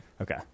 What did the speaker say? Okay